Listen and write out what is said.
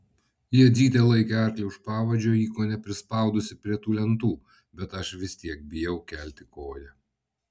jadzytė laikė arklį už pavadžio jį kone prispaudusi prie tų lentų bet aš vis tiek bijau kelti koją